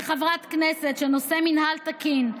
כחברת כנסת שנושאי מינהל תקין,